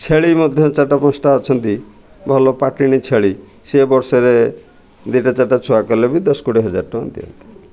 ଛେଳି ମଧ୍ୟ ଚାରିଟା ପାଞ୍ଚଟା ଅଛନ୍ତି ଭଲ ପାଟିଣୀ ଛେଳି ସେ ବର୍ଷରେ ଦୁଇଟା ଚାରିଟା ଛୁଆ କଲେ ବି ଦଶ କୋଡ଼ିଏ ହଜାର ଟଙ୍କା ଦିଅନ୍ତି